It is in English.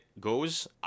goes